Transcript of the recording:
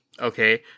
okay